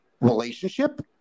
relationship